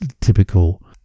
typical